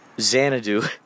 Xanadu